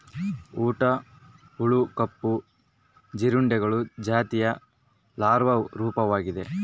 ಊಟದ ಹುಳು ಕಪ್ಪು ಜೀರುಂಡೆಗಳ ಜಾತಿಯ ಲಾರ್ವಾ ರೂಪವಾಗಿದೆ